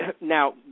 now